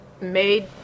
made